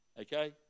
Okay